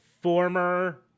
former